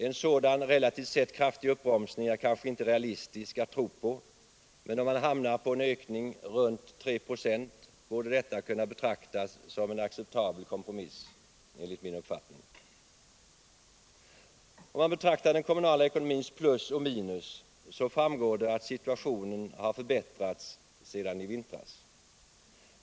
En sådan relativt sett kraftig uppbromsning är kanske inte realistisk att tro på, men om man hamnar på en ökning på omkring tre procent borde detta, enligt min uppfattning, kunna betraktas som en acceptabel kompromiss. Om man betraktar den kommunala ekonomins plus och minus, så framgår det att situationen har förbättrats sedan i vintras.